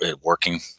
working